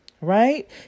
right